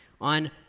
on